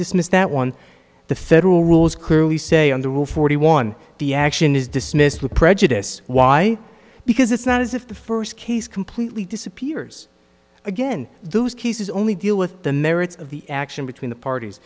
dismiss that one the federal rules clearly say on the rule forty one the action is dismissed with prejudice why because it's not as if the first case completely disappears again those cases only deal with the merits of the action between the parties